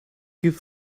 give